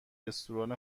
رستوران